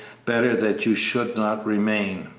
better that you should not remain.